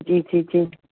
जी जी जी